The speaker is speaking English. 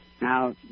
Now